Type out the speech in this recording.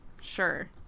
Sure